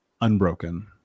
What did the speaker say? unbroken